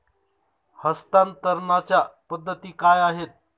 हस्तांतरणाच्या पद्धती काय आहेत?